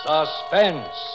Suspense